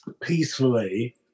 peacefully